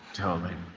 tell me.